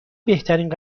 بهترین